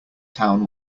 town